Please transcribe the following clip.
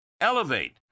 elevate